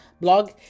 blog